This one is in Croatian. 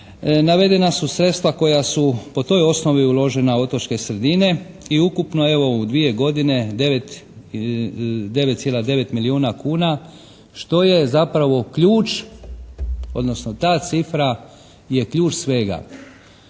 navedena su sredstva koja su po toj osnovi uložena u otočke sredine i ukupno evo u dvije godine 9,9 milijuna kuna što je zapravo ključ odnosno ta cifra je ključ svega.